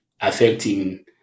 affecting